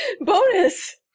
Bonus